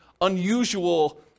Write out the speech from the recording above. unusual